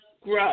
grow